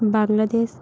Bangladesh